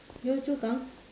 Yio-Chu-Kang